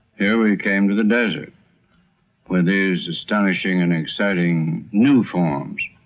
here we came to the desert where there's astonishing and exciting new forms.